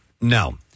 No